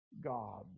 God